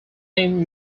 theme